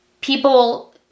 people